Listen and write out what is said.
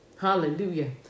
Hallelujah